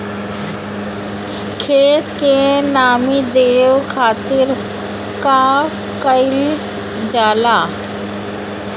खेत के नामी देवे खातिर का कइल जाला?